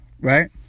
Right